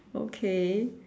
okay